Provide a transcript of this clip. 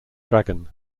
dragon